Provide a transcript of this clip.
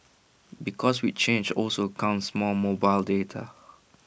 because with change also comes more mobile data